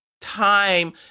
time